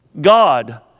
God